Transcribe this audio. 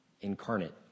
incarnate